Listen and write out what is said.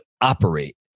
operate